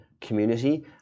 community